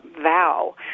vow